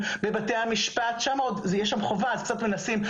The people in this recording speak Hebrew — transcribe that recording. בבתי המשפט שם יש חובה אז קצת מנסים,